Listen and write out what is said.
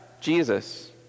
Jesus